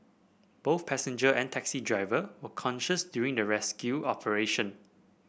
both passenger and taxi driver were conscious during the rescue operation